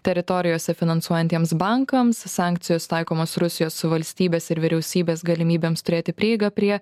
teritorijose finansuojantiems bankams sankcijos taikomos rusijos valstybės ir vyriausybės galimybėms turėti prieigą prie